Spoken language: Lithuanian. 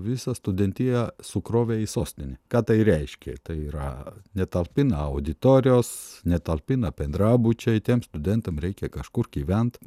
visą studentiją sukrovė į sostinę ką tai reiškė tai yra netalpina auditorijos netalpina bendrabučiai tiems studentam reikia kažkur gyvent